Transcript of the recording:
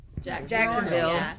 Jacksonville